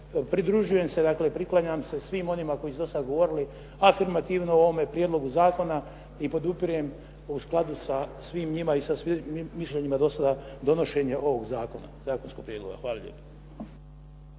pridružujem se, dakle priklanjam se svim onima koji su do sad govorili afirmativno o ovom prijedlogu zakona i podupirem u skladu sa svim njima i sa svim mišljenjima do sada donošenje ovog zakona, zakonskog prijedloga. Hvala lijepa.